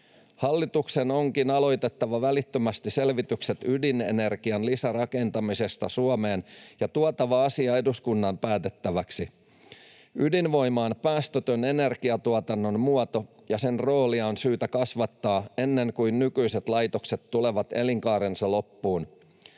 Hallituksen onkin aloitettava välittömästi selvitykset ydinenergian lisärakentamisesta Suomeen ja tuotava asia eduskunnan päätettäväksi. Ydinvoima on päästötön energiatuotannon muoto, ja sen roolia on syytä kasvattaa ennen kuin nykyiset laitokset tulevat elinkaarensa loppuun.